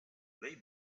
they